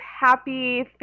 happy